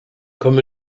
comme